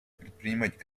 предпринимать